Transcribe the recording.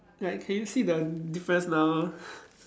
like can you see the difference now